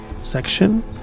section